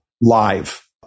live